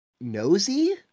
nosy